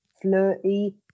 flirty